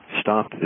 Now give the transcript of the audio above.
stop